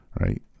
right